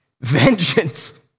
vengeance